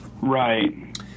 Right